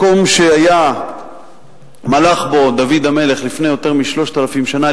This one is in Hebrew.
מקום שמלך בו דוד המלך לפני יותר מ-3,000 שנה,